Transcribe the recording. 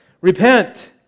Repent